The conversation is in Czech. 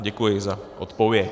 Děkuji za odpověď.